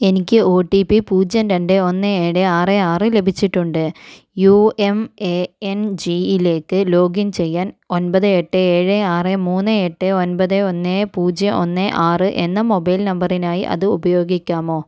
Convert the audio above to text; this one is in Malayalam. എനിക്ക് ഒ ടി പി പൂജ്യം രണ്ട് ഒന്ന് ഏഴ് ആറ് ആറ് ലഭിച്ചിട്ടുണ്ട് യു എം എ എൻ ജിയിലേക്ക് ലോഗിൻ ചെയ്യാൻ ഒൻപത് എട്ട് ഏഴ് ആറ് മൂന്ന് എട്ട് ഒൻപത് ഒന്ന് പൂജ്യം ഒന്ന് ആറ് എന്ന മൊബൈൽ നമ്പറിനായി അത് ഉപയോഗിക്കാമോ